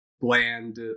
bland